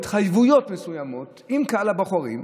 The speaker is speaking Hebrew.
בהתחייבויות מסוימות לקהל הבוחרים,